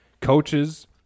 coaches